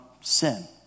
sin